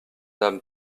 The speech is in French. dame